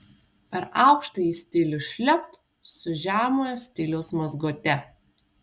per aukštąjį stilių šlept su žemojo stiliaus mazgote